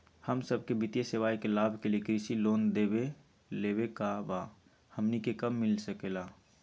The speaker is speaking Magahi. हम सबके वित्तीय सेवाएं के लाभ के लिए कृषि लोन देवे लेवे का बा, हमनी के कब मिलता सके ला?